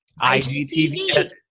IGTV